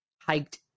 hiked